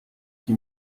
qui